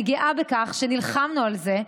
אני גאה בכך שנלחמנו על זה,